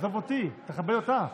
עזוב אותי, תכבד אותה.